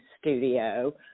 studio